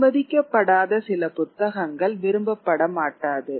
அனுமதிக்கப்படாத சில புத்தகங்கள் விரும்ப படமாட்டாது